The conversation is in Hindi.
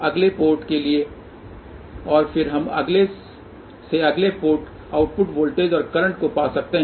अगले पोर्ट के लिए और फिर हम अगले से अगले पोर्ट आउटपुट वोल्टेज और करंट को पा सकते हैं